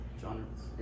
genres